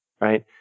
right